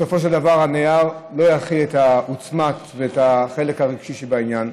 הנייר לא יכיל את העוצמה ואת החלק הרגשי שבעניין,